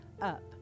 up